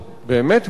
באמת מעולות,